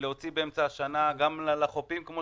להוציא באמצע השנה גם לחופים, כפי